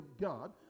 God